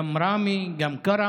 15, מטייבה, גם ראמי, גם כארם.